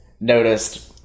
noticed